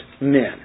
men